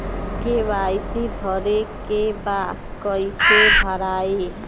KYC भरे के बा कइसे भराई?